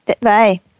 Bye